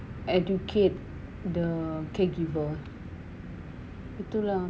educate the caregiver itu lah